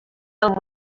del